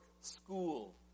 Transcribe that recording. school